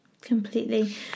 completely